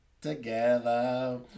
together